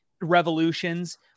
revolutions